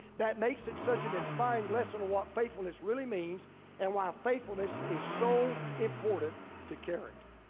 that makes it such an inspiring lesson of what faithfulness really means and why faithfulness is so important to character.